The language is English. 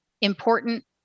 important